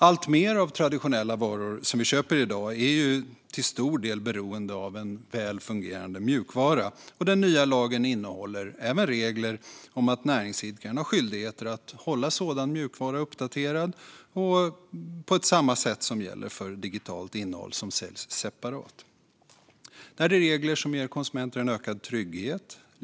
Alltmer av traditionella varor som vi köper i dag är till stor del beroende av en väl fungerande mjukvara. Den nya lagen innehåller även regler om att näringsidkare är skyldiga att hålla sådan mjukvara uppdaterad på samma sätt som gäller för digitalt innehåll som säljs separat. Det här är regler som ger konsumenter en ökad trygghet.